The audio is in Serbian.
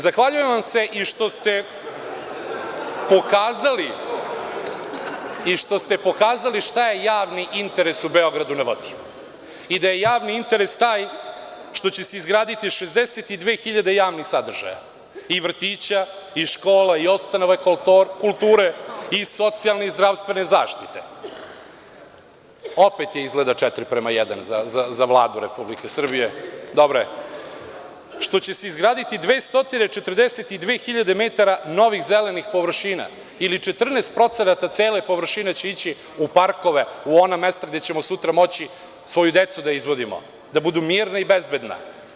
Zahvaljujem vam se i što ste pokazali šta je javni interes u „Beogradu na vodu“, i da je javni interes taj što će se izgraditi 62 hiljade javnih sadržaja, vrtića, škola, ustanova kulture i socijalne i zdravstvene zaštite - opet je izgleda četiri prema jedan za Vladu Republike Srbije – što će se izgraditi 242 hiljade metara novih zelenih površina ili 14% cele površine će ići u parkove, u ona mesta gde ćemo sutra moći svoju decu da izvodimo, da budu mirna i bezbedna.